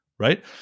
right